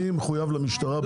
אני מחויב למשטרה.